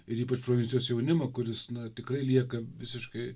ir ypač provincijos jaunimą kuris na tikrai lieka visiškai